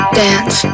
dance